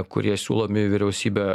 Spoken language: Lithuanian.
kurie siūlomi į vyriausybę